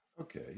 Okay